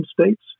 states